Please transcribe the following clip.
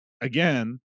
again